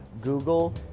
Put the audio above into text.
Google